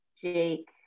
jake